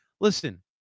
Listen